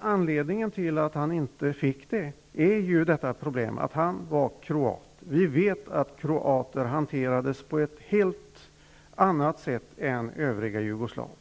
Anledningen till att mannen fick avslag är just problemet att han var kroat. Kroater hanterades ju på ett helt annat sätt än övriga jugoslaver.